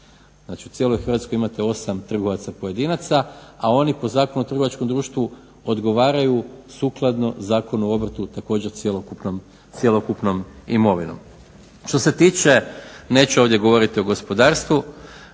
u cijeloj Hrvatskoj imate osam trgovaca pojedinaca a oni po Zakonu o trgovačkom društvu odgovaraju sukladno Zakonu o obrtu također cjelokupnom imovinom. Što se tiče, neću ovdje govoriti o gospodarstvu